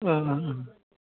ओ ओ ओ